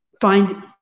find